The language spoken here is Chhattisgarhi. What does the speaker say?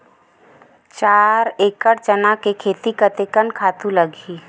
चार एकड़ चना के खेती कतेकन खातु लगही?